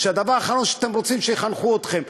והדבר האחרון שאתם רוצים זה שיחנכו אתכם.